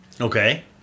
Okay